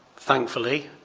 thankfully,